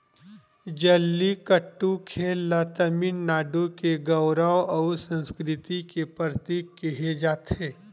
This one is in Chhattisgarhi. जल्लीकट्टू खेल ल तमिलनाडु के गउरव अउ संस्कृति के परतीक केहे जाथे